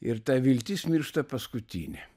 ir ta viltis miršta paskutinė